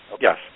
Yes